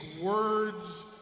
words